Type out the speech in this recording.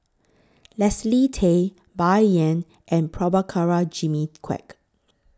Leslie Tay Bai Yan and Prabhakara Jimmy Quek